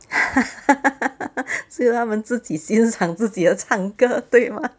只有他们自己欣赏自己的唱歌对吗